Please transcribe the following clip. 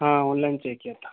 हाँ online check किया था